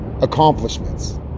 Accomplishments